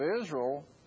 Israel